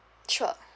sure